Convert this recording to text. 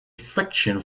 fiction